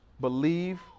believe